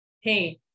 hey